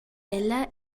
ella